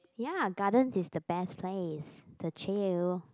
ya garden is the best place to chill